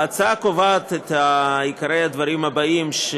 ההצעה קובעת את עיקרי הדברים האלה,